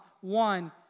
one